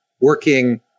working